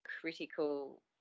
critical